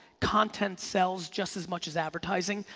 content sells just as much as advertising,